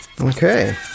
Okay